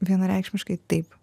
vienareikšmiškai taip